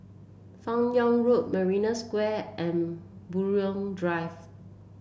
Fan Yoong Road Marina Square and Buroh Drive